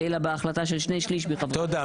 אלא בהחלטה של שני שליש מחברי הוועד.ה תודה.